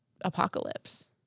apocalypse